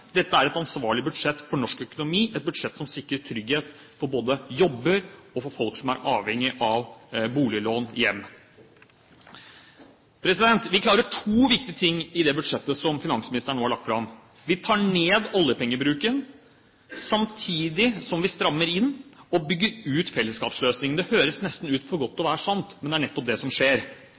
Dette er et ansvarlig budsjett for norsk økonomi, et budsjett som sikrer trygghet for både jobber og for folk som er avhengig av boliglån. Vi klarer to viktige ting i det budsjettet som finansministeren nå har lagt fram. Vi tar ned oljepengebruken samtidig som vi strammer inn og bygger ut fellesskapsløsningene. Det høres nesten ut til å være for godt til å være sant, men det er nettopp det som skjer.